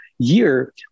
Year